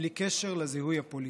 בלי קשר לזיהוי הפוליטי.